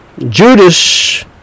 Judas